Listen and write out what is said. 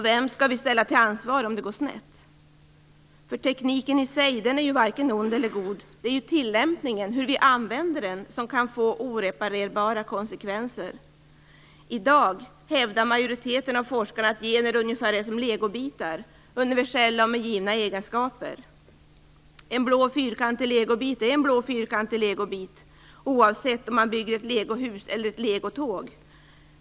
Vem skall vi ställa till ansvar om det går snett. Tekniken i sig är varken ond eller god, men tilllämpningen - hur vi använder den - kan få oreparerbara konsekvenser. I dag hävdar majoriteten av forskarna att gener är ungefär som legobitar, universella och med givna egenskaper. En blå fyrkantig legobit är en blå fyrkantig legobit oavsett om man bygger ett legohus eller ett legotåg.